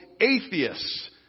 atheists